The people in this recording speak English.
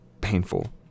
painful